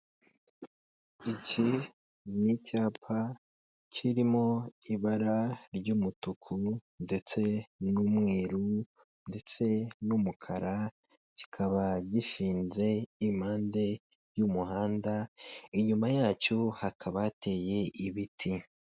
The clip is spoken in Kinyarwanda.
Iki n'icyapa kirimo ibara ry'umutuku ndetse n'umweru ndetse n'umukara, kikaba gishinze impande y'umuhanda inyuma yacyo hakaba hateye ibiti.